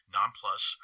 Nonplus